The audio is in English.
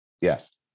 yes